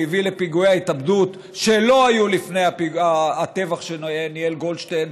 והביא לפיגועי ההתאבדות שלא היו לפני הטבח שניהל גולדשטיין.